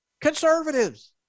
Conservatives